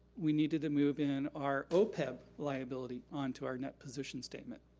we needed to move in our opeb liability onto our net position statement.